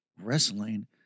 Wrestling